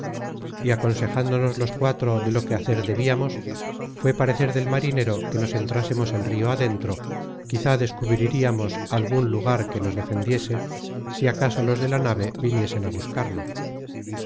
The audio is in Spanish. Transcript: y aconsejándonos los cuatro de lo que hacer debiamos fué parecer del marinero que nos entrásemos el rio adentro quizá descubririamos algun lugar que nos defendiese si acaso los de la nave viniesen á buscarnos